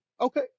okay